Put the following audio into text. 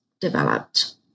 developed